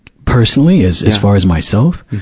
personally, as, as far as myself?